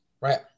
Right